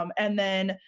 um and then,